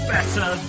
Better